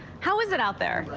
how is it out there?